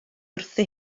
wrthi